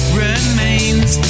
remains